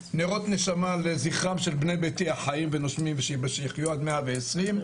נרות נשמה לזכרם של בני ביתי החיים ונושמים שיחיו עד 120,